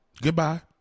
Goodbye